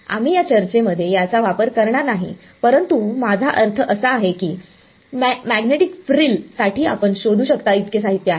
आम्ही या चर्चेमध्ये याचा वापर करणार नाही परंतु माझा अर्थ असा आहे की मॅग्नेटिक फ्रिलसाठी आपण शोधू शकता इतके साहित्य आहे